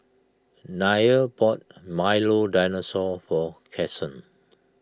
Nia bought Milo Dinosaur for Cason